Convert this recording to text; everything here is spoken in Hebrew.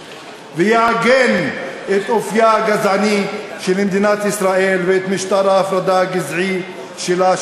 ויעגן את אופייה הגזעני של מדינת ישראל ואת משטר ההפרדה הגזעי שלה,